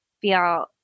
feel